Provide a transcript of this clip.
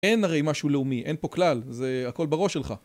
אין הרי משהו לאומי, אין פה כלל, זה הכל בראש שלך.